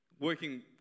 working